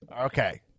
Okay